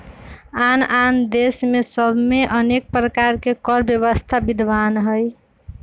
आन आन देश सभ में अनेक प्रकार के कर व्यवस्था विद्यमान हइ